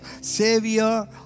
Savior